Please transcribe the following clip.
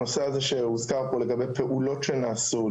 הנושא הזה שהוזכר פה לגבי פעולות שנעשו,